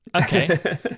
Okay